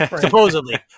supposedly